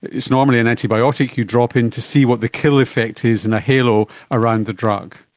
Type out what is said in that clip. it's normally an antibiotic you drop in, to see what the kill effect is in a halo around the drug.